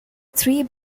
three